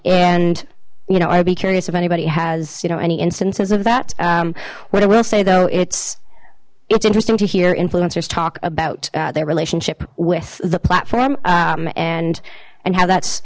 and you know i would be curious if anybody has you know any instances of that what i will say though it's it's interesting to hear influencers talk about their relationship with the platform and and how that's